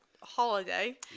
Holiday